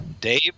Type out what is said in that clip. Dave